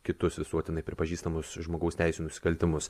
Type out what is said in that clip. kitus visuotinai pripažįstamus žmogaus teisių nusikaltimus